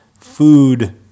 food